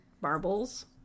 Marbles